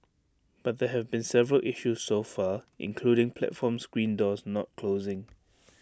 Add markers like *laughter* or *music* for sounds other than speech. but there have been several issues so far including platform screen doors not closing *noise*